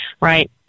Right